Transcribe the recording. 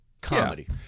comedy